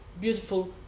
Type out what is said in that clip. beautiful